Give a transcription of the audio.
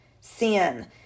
Sin